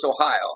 Ohio